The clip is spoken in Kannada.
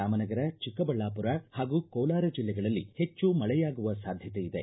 ರಾಮನಗರ ಚಿಕ್ಕಬಳ್ಳಾಮರ ಹಾಗೂ ಕೋಲಾರ ಜಿಲ್ಲೆಗಳಲ್ಲಿ ಹೆಚ್ಚು ಮಳೆಯಾಗುವ ಸಾಧ್ಯತೆ ಇದೆ